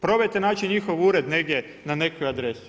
Probajte naći njihov ured negdje, na nekoj adresi.